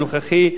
הנוכחי,